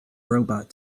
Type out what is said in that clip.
robot